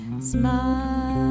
smile